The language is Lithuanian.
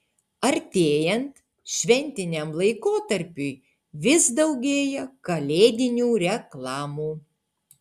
artėjant šventiniam laikotarpiui vis daugėja kalėdinių reklamų